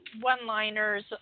one-liners